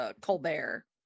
Colbert